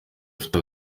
afite